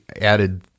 added